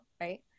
Right